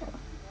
!wah!